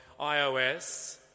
iOS